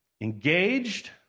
engaged